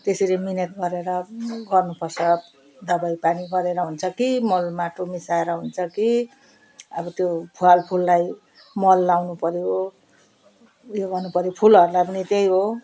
त्यसरी मिहिनेत गरेर गर्नुपर्छ दबाईपानी गरेर हुन्छ कि मल माटो मिसाएर हुन्छ कि अब त्यो फलफुललाई मल लगाउनुपऱ्यो उयो गर्नुपऱ्यो फुलहरूलाई पनि त्यही हो